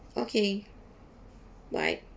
okay bye